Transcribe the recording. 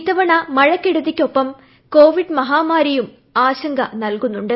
ഇത്തവണ മഴക്കെടുതിക്കൊപ്പം കോവിഡ് മഹാമാരിയും ആശങ്ക നല്കുന്നുണ്ട്